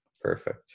perfect